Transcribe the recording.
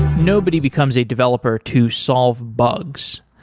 nobody becomes a developer to solve bugs.